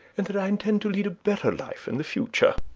and that i intend to lead a better life in the future.